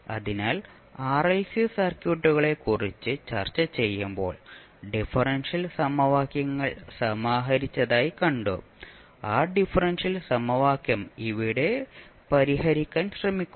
അതിനാൽ ആർഎൽസി സർക്യൂട്ടുകളെക്കുറിച്ച് ചർച്ചചെയ്യുമ്പോൾ ഡിഫറൻഷ്യൽ സമവാക്യങ്ങൾ സമാഹരിച്ചതായി കണ്ടു ആ ഡിഫറൻഷ്യൽ സമവാക്യം ഇവിടെ പരിഹരിക്കാൻ ശ്രമിക്കുന്നു